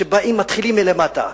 שמתחילים מלמטה,